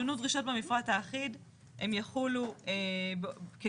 שינוי דרישות במפרט האחיד הם יחולו ככלל